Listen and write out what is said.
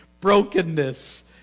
brokenness